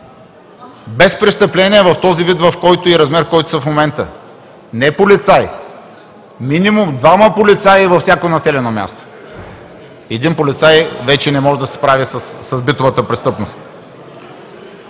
Без престъпления в този вид и размер, в който са в момента. Не полицай, минимум двама полицаи във всяко населено място – един полицай вече не може да се справя с битовата престъпност.